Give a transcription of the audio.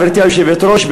גברתי היושבת-ראש,